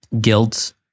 guilt